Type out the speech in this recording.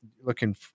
looking